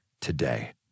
today